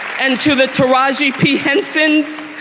and to the taraji p. hensons,